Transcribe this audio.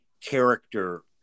character –